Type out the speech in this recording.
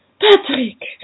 Patrick